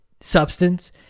substance